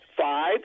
five